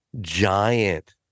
giant